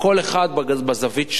כל אחד בזווית שלו,